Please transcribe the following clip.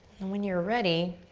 and when you're ready,